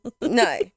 no